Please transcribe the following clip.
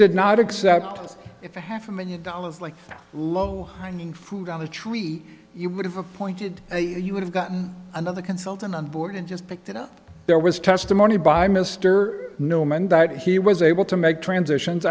did not accept the half a million dollars like low hanging fruit on the tree you would have pointed you would have gotten another consultant on board and just picked it up there was testimony by mr newman that he was able to make transitions